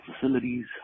facilities